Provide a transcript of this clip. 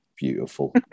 beautiful